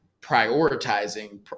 prioritizing